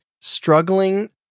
struggling